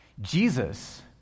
Jesus